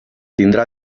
tindrà